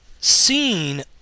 seen